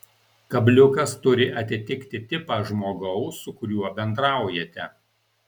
kabliukas turi atitikti tipą žmogaus su kuriuo bendraujate